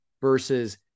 versus